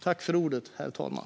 Tack för ordet, herr talman!